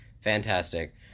Fantastic